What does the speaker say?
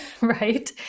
right